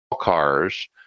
cars